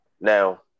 Now